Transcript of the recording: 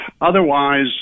otherwise